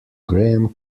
graham